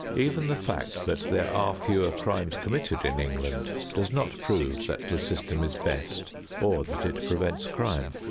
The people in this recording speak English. even the fact that there are fewer crimes committed in england does not prove that the system is best or that it prevents crime.